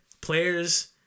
players